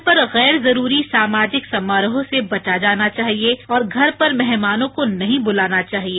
घर पर गैर जरूरी सामाजिक समारोह से बचा जाना चाहिए और घर पर मेहमानों को नहीं बुलाना चाहिए